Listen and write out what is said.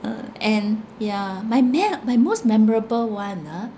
uh and yeah my mem~ my most memorable one ah